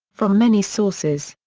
from many sources.